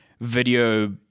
video